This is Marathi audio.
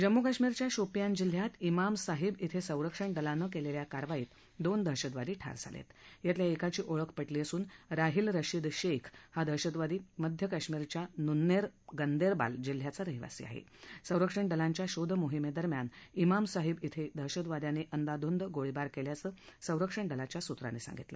जम्मू काश्मीरच्या शोपियान जिल्ह्यात शोप साहिब शे संरक्षण दलानं कलिल्या कारवाईत दोन दहशतवादी ठार झाल आतल्या एकाची ओळख पटली असून राहिल रशिद शखी हा दहशतवादी मध्य काश्मिरच्या नुन्नई मंदखील जिल्ह्याचा रहिवासी आह अंरक्षण दलांच्या शोधमाहिम देरम्यान जिाम साहिव क्षे दहशतवाद्यांनी अंदाधुंद गोळीबार केल्याचं संरक्षण दलाच्या सूत्रांनी सांगितलं